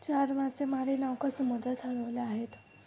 चार मासेमारी नौका समुद्रात हरवल्या आहेत